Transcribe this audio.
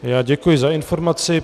Já děkuji za informaci.